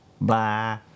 Bye